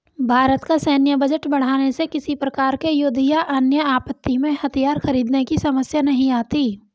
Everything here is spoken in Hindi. भारत का सैन्य बजट बढ़ाने से किसी प्रकार के युद्ध या अन्य आपत्ति में हथियार खरीदने की समस्या नहीं आती